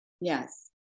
Yes